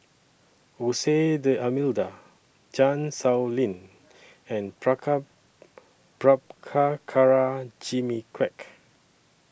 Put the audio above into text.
Jose D'almeida Chan Sow Lin and Praka Prabhakara Jimmy Quek